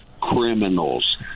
criminals